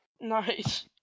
Nice